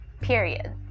Period